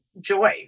joy